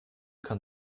kann